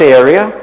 area